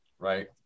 Right